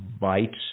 bites